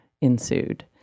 ensued